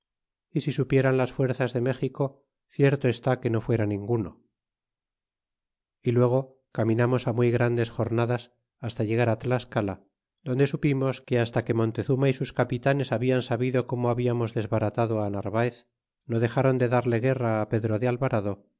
y si supieran las fuerzas de méxico cierto está que no fuera ninguno y luego caminamos muy grandes jornadas hasta llegar tlascala donde supimos que hasta que montezuma y sus capitanes hablan sabido como hablamos desbaratado narvaez no dexron de darle guerra pedro de alvarado